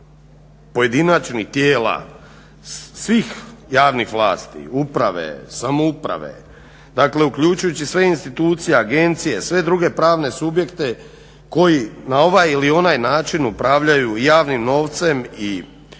pojedinačnih tijela sivih javnih vlasti uprave, samouprave dakle uključujući sve institucije, agencije sve druge pravne subjekte koji na ovaj ili onaj način upravljaju javnim novcem i resursima,